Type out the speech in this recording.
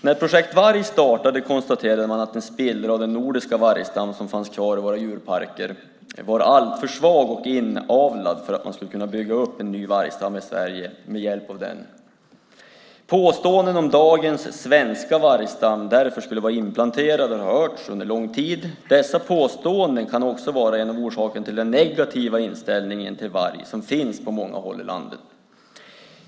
När Projekt Varg startade konstaterade man att en spillra av den nordiska vargstam som fanns kvar i våra djurparker var alltför svag och inavlad för att man skulle kunna bygga upp en ny vargstam i Sverige med hjälp av den. Påståenden om att dagens svenska vargstam därför skulle vara inplanterad har hörts under lång tid. Dessa påståenden kan också vara en av orsakerna till den negativa inställningen till varg som finns på många håll i landet.